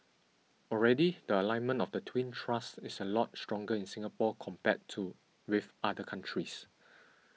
already the alignment of the twin thrusts is a lot stronger in Singapore compared to with other countries